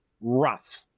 rough